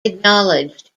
acknowledged